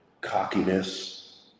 cockiness